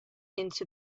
into